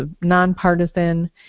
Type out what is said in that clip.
nonpartisan